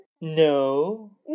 No